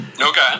okay